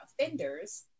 offenders